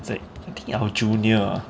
is like I think our junior ah